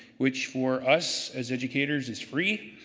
which for us, as educators is free.